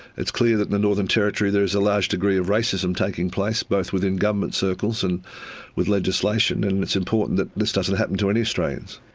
it's clear that in the northern territory there is a large degree of racism taking place, both within government circles and with legislation, and it's important that this doesn't happen to any australians.